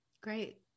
great